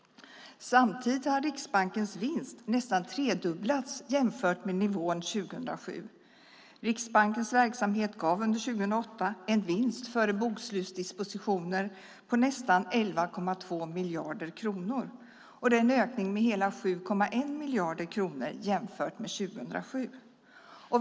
Samtidigt har Riksbankens vinst nästan tredubblats jämfört med nivån 2007. Riksbankens verksamhet gav under 2008 en vinst före bokslutsdispositioner på nästan 11,2 miljarder kronor. Det är en ökning med hela 7,1 miljarder kronor jämfört med 2007.